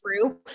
true